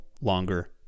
longer